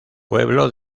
pueblo